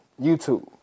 YouTube